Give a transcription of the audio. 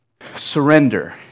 Surrender